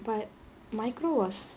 but micro was